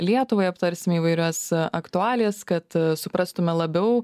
lietuvai aptarsime įvairias aktualijas kad suprastume labiau